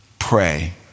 pray